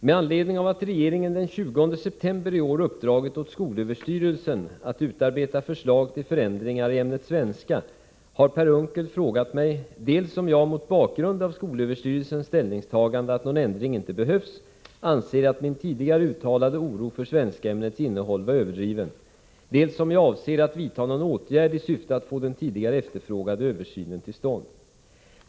Med anledning av att regeringen den 20 september i år uppdragit åt skolöverstyrelsen att utarbeta förslag till förändringar i ämnet svenska har Per Unckel frågat mig dels om jag, mot bakgrund av SÖ:s ställningstagande att någon ändring inte behövs, anser att min tidigare uttalade oro för svenskämnets innehåll var överdriven, dels om jag avser att vidta någon åtgärd i syfte att få den tidigare efterfrågade översynen till stånd.